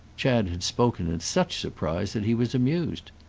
chad had spoken in such surprise that he was amused.